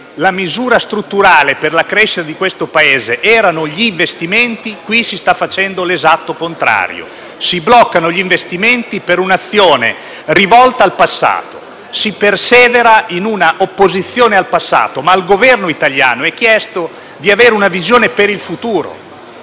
la misura strutturale per la crescita di questo Paese erano gli investimenti, qui si sta facendo l'esatto contrario. Si bloccano gli investimenti per un'azione rivolta al passato, si persevera in una opposizione al passato, ma al Governo italiano è chiesto di avere una visione per il futuro